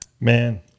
Man